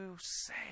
say